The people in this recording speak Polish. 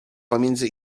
pomiędzy